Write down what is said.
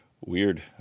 Weird